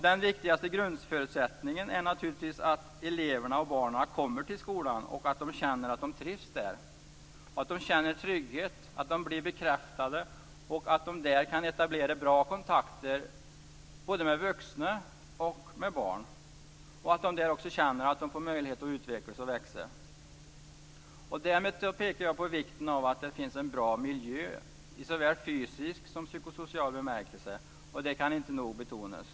Den viktigaste grundförutsättningen är naturligtvis att eleverna/barnen kommer till skolan och att de känner att de trivs där, att de känner trygghet och att de blir bekräftade, liksom att de i skolan kan etablera bra kontakter med både vuxna och barn och att de känner att de där får möjlighet att utvecklas och växa. Därmed pekar jag på vikten av att det finns en bra miljö i såväl fysisk som psykosocial bemärkelse. Detta kan inte nog betonas.